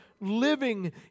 living